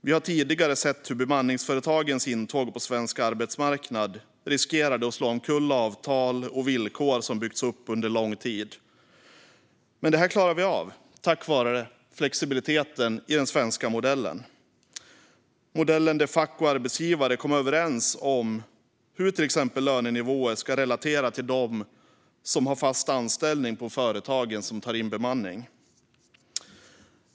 Vi har tidigare sett hur bemanningsföretagens intåg på svensk arbetsmarknad riskerade att slå omkull avtal och villkor som byggts upp under lång tid, men detta klarade vi av tack vare flexibiliteten i den svenska modellen, där fack och arbetsgivare kommer överens om hur till exempel lönenivåer ska relatera till dem som har fast anställning på de företag som tar in bemanning.